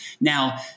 Now